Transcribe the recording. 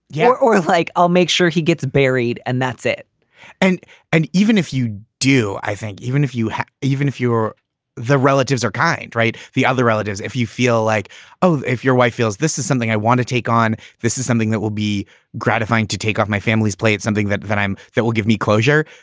yeah. or like i'll make sure he gets buried and that's it and and even if you do i think even if you even if you were the relatives are kind. right. the other relatives if you feel like oh if your wife feels this is something i want to take on, this is something that will be gratifying to take off my family's plate, something that that i'm that will give me closure.